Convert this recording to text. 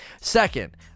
Second